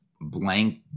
blank